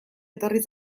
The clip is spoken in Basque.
etorri